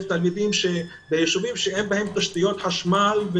תלמידים ואלה ישובים שאין בהם תשתיות חשמל,